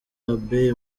abbey